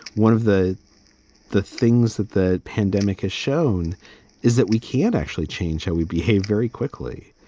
one of the the things that the pandemic has shown is that we can't actually change how we behave very quickly.